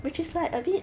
which is like a bit